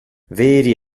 veri